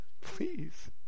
please